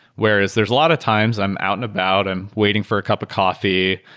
whereas there're a lot of times i'm out and about, i'm waiting for a cup of coffee,